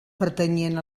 pertanyien